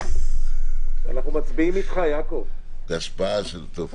זה השפעה של טוב,